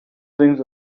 things